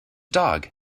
dog